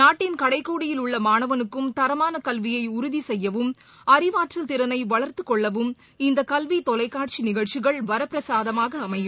நாட்டின் கடைகோடியில் உள்ள மாணவனுக்கும் தரமான கல்வியய உறுதி செய்யவும் அறிவாற்றல் திறனை வளர்த்துக் கொள்ளவும் இந்தத் கல்வி தொலைக்காட்சி நிகழ்ச்சிகள் வரப்பிரசாதமாக அமையும்